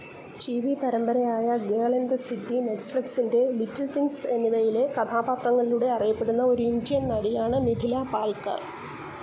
T V പരമ്പരയായ girl in the city നെറ്റ്ഫ്ലിക്സിൻ്റെ little things എന്നിവയിലെ കഥാപാത്രങ്ങളിലൂടെ അറിയപ്പെടുന്ന ഒരു ഇന്ത്യൻ നടിയാണ് മിഥില പാൽക്കർ